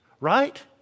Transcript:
right